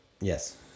Yes